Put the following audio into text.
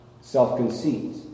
self-conceit